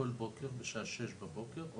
כל בוקר בשעה 06:00 באופן אוטומטי,